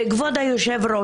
כבוד היו"ר,